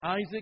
Isaac